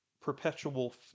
perpetual